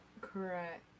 Correct